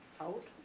out